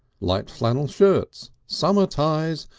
light flannel shirts, summer ties,